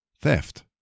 theft